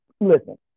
listen